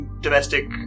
domestic